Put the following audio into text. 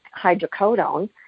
hydrocodone